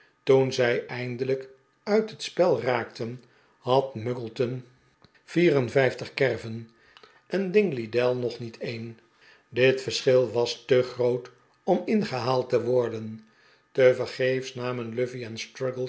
toen zij eindelijk uit het spel raakten had muggleton vierenvijftig kerven en dingley dell nog niet een dit verschil was te groot om ingehaald te worden